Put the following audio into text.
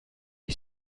est